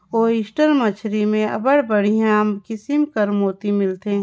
oyster मछरी में अब्बड़ बड़िहा किसिम कर मोती मिलथे